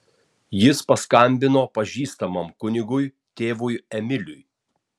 ji paskambino pažįstamam kunigui tėvui emiliui